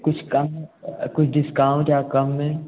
कुछ कम कुछ डिस्काउंट या कम में